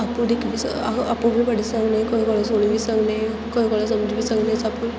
आपूं दिक्खी बी सक अह् आपूं बी पढ़ी सकने कोई कुसै कोला सुनी बी सकने कुसै कोला समझी बी सकने सब्भ कुछ